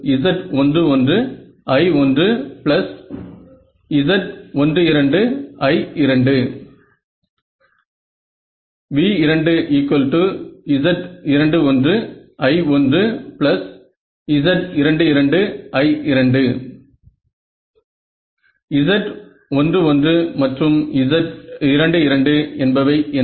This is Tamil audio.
V1Z11I1Z12I2 V2Z21I1Z22I2 Z11மற்றும் Z22 என்பவை என்ன